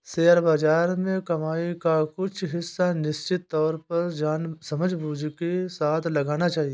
share बाज़ार में कमाई का कुछ हिस्सा निश्चित तौर पर समझबूझ के साथ लगाना चहिये